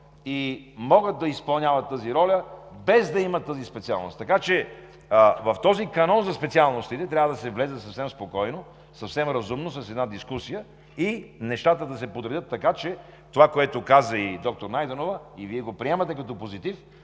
и могат да изпълняват тази роля, без да имат тази специалност. Така че в този канон за специалностите трябва да се влезе съвсем спокойно, съвсем разумно – с една дискусия, и нещата да се подредят така, че това, което каза и доктор Найденова, и Вие го приемате като позитив,